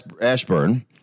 Ashburn